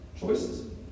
Choices